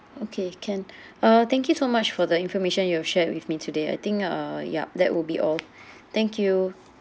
okay can uh thank you so much for the information you have shared with me today I think uh yup that will be all thank you